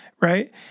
Right